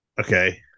Okay